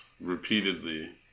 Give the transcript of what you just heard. repeatedly